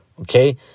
Okay